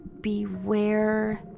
beware